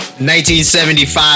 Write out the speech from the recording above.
1975